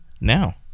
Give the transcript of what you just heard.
now